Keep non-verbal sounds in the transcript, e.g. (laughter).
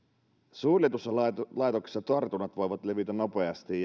suljetussa laitoksessa tartunnat voivat levitä nopeasti (unintelligible)